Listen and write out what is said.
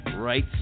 Right